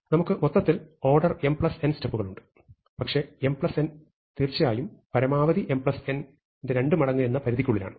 നമുക്ക് മൊത്തത്തിൽ order mn സ്റ്റെപ്പുകൾ ഉണ്ട് പക്ഷേ mn തീർച്ചയായും പരമാവധി mn ന്റെ 2 മടങ്ങ് എന്ന പരിധിക്കുള്ളിലാണ്